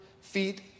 feet